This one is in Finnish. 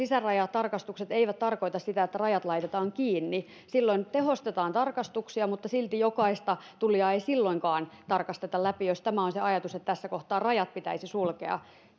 että sisärajatarkastukset eivät tarkoita sitä että rajat laitetaan kiinni vaan silloin tehostetaan tarkastuksia mutta silti jokaista tulijaa ei silloinkaan tarkasteta läpi jos tämä on se ajatus että tässä kohtaa rajat pitäisi sulkea